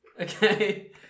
okay